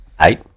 eight